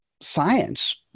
science